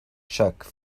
czech